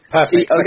Perfect